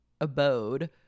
abode